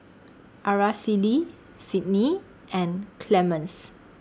Aracely Cydney and Clemens